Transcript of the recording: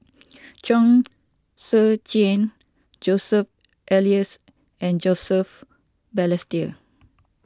Chong Tze Chien Joseph Elias and Joseph Balestier